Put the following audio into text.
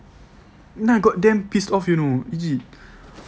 then I got damn pissed off you know legit